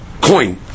coin